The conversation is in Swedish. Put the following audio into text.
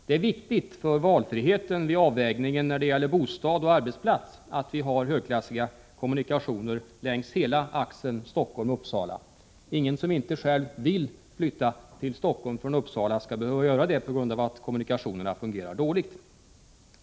Det är viktigt för valfriheten vid avvägningen beträffande bostad och arbetsplats att vi har högklassiga kommunikationer längs hela axeln Stockholm-Uppsala. Ingen som inte själv vill flytta från Uppsala till Stockholm skall behöva göra det på grund av att kommunikationerna fungerar dåligt.